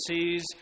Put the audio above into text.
seas